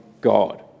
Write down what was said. God